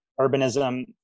urbanism